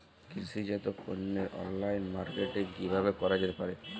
কৃষিজাত পণ্যের online marketing কিভাবে করা যেতে পারে?